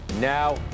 Now